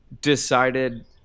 decided